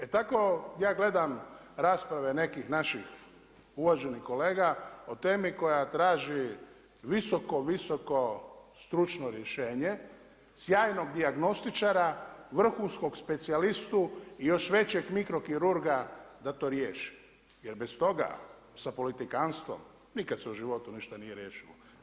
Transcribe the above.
E tako ja gledam rasprave nekih naših uvaženih kolega o temi koja traži visoko, visoko stručno rješenje, sjajnog dijagnostičara, vrhunskog specijalistu i još većeg mikrokirurga da to riješi jer bez toga sa politikantstvom nikada se u životu nije ništa riješilo.